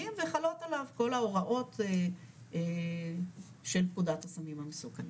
וחלות עליו כל ההוראות של פקודת הסמים המסוכנים.